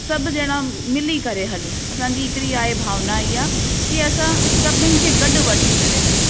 सभु जणा मिली करे हलूं असांजी हिकिड़ी आहे भावना इहा कि असां सभिनीनि खे गॾु वठी करे हलूं